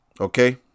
Okay